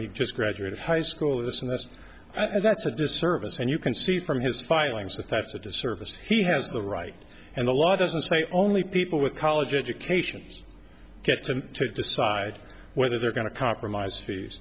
he just graduated high school with us and that's i think that's a disservice and you can see from his filings that that's a disservice he has the right and the law doesn't say only people with college educations get to decide whether they're going to compromise fees